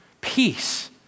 Peace